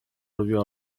lubiła